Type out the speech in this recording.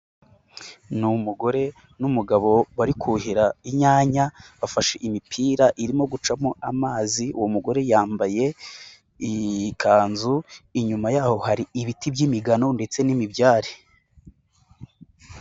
Ni umugore n'umugabo bari kuhira inyanya. Bafashe imipira irimo gucamo amazi. Uwo mugore yambaye, ikanzu, inyuma yaho hari ibiti by'imigano ndetse n'imibyare.